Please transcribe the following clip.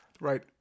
Right